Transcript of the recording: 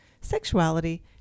sexuality